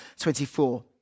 24